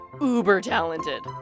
uber-talented